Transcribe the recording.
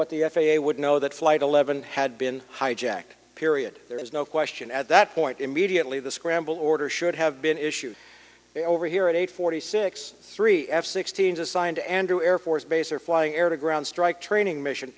what the f a a would know that flight eleven had been hijacked period there is no question at that point immediately the scramble order should have been issued over here at eight forty six three f sixteen designed to andrews air force base or flying air to ground strike training mission